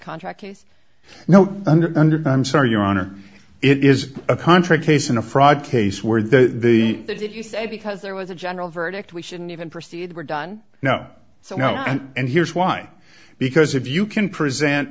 contract case now under under i'm sorry your honor it is a contract case in a fraud case where the the did you say because there was a general verdict we shouldn't even proceed we're done now so no and here's why because if you can present